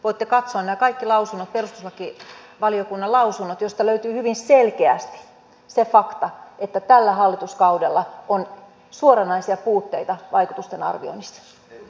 voitte katsoa nämä kaikki perustuslakivaliokunnan lausunnot joista löytyy hyvin selkeästi se fakta että tällä hallituskaudella on suoranaisia puutteita vaikutusten arvioinnissa